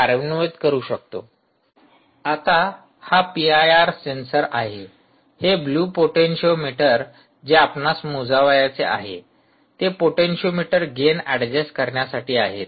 slide वेळ पहा 4507 आता हा पी आय आर सेन्सर आहे हे ब्लू पोटेन्शीओमीटर आहे जे आपणास मोजायचे आहे ते पोटेन्शीओमीटर गेन ऍडजस्ट करण्यासाठी आहेत